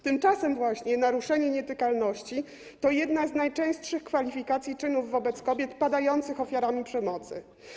Tymczasem właśnie naruszenie nietykalności to jedna z najczęstszych kwalifikacji czynów wobec kobiet padających ofiarami przemocy.